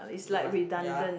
do what ya